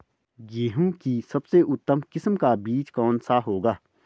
गेहूँ की सबसे उत्तम किस्म का बीज कौन सा होगा?